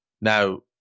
Now